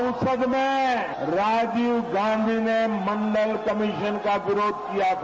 संसद में राजीव गांधी ने मंडल कमीशन का विरोध किया था